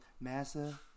Massa